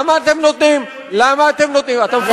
למה אתם נותנים, למה אנחנו מדינה יהודית?